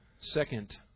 second